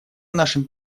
нашим